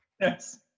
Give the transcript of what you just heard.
Yes